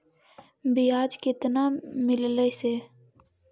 बियाज केतना मिललय से?